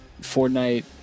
Fortnite